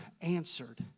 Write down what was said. answered